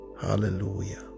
Hallelujah